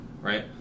right